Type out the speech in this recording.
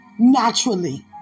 Naturally